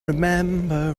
remember